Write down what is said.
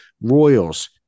Royals